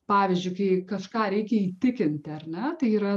pavyzdžiui kai kažką reikia įtikinti ar ne tai yra